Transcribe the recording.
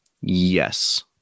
Yes